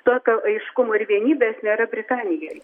tokio aiškumo ir vienybės nėra britanijoj